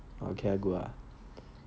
okay ah good ah